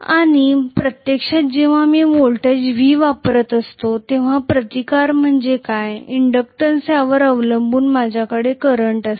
आणि प्रत्यक्षात जेव्हा मी व्होल्टेज V वापरत असतो तेव्हा प्रतिकार म्हणजे काय आणि इंडक्टन्स यावर अवलंबून माझ्याकडे करंट असेल